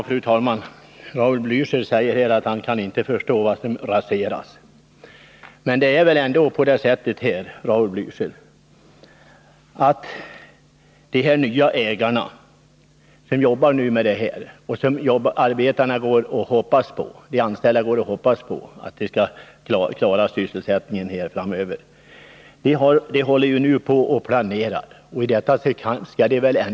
Fru talman! Raul Blächer säger att han inte kan förstå vad det är som skulle raseras vid ett bifall till hans motion. De nya ägarna, som nu är i färd med att planera verksamheten och som de anställda hoppas skall kunna klara sysselsättningen framöver, skall väl inte stoppas i detta arbete?